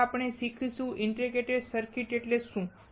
પહેલા આપણે શીખીશું ઇન્ટિગ્રેટેડ સર્કિટ એટલે શું